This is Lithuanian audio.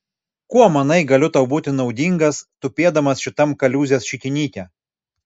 kuo manai galiu tau būti naudingas tupėdamas šitam kaliūzės šikinyke